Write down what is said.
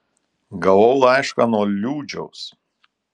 gavau laišką nuo liūdžiaus